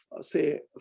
say